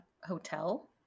Hotel